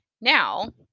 Now